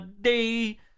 day